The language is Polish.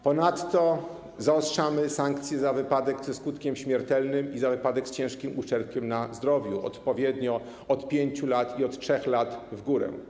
Ponadto zaostrzamy sankcje za wypadek ze skutkiem śmiertelnym i za wypadek z ciężkim uszczerbkiem na zdrowiu - odpowiednio od 5 lat i od 3 lat w górę.